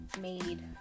made